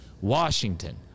Washington